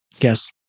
Yes